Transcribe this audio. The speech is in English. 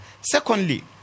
Secondly